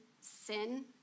sin